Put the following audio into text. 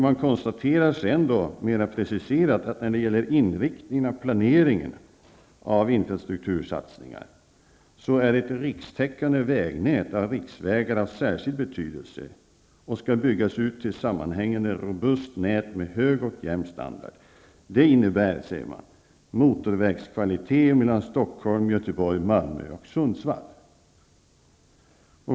Man konstaterar sedan mera preciserat att när det gäller inriktningen och planeringen av infrastruktursatsningar är ett rikstäckande vägnät av riksvägar av särskilt stor betydelse och skall byggas ut i ett sammanhängande robust nät med hög och jämn standard. Det innebär, säger man, motorvägskvalitet mellan Stockholm, Göteborg, Malmö och Sundsvall.